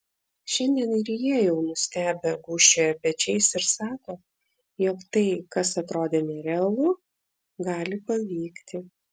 šiandien ir jie jau nustebę gūžčioja pečiais ir sako jog tai kas atrodė nerealu gali pavykti